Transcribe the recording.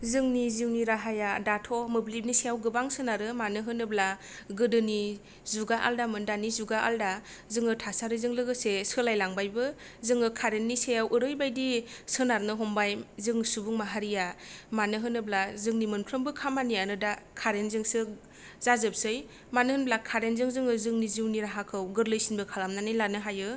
जोंनि जिउनि राहाया दाथ' मोब्लिबनि सायाव गोबां सोनारो मानो होनोब्ला गोदोनि जुगा आल्दा मोन दानि जुगा आल्दा जोङो थासारिजों लोगोसे सोलाय लांबायबो जोङो कारेन्टनि सायाव ओरैबायदि सोनारनो हमबाय जों सुबुं माहारिआ मानो होनोब्ला जोंनि मोनफ्रामबो खामानिआनो दा कारेन्ट जोंसो जाजोबसै मानो होनोब्ला कारेन्टजों जोंनि जिउनि राहाखौ गोरलैसिनबो खालामनानै लानो हायो